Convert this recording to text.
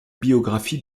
biographie